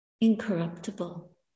incorruptible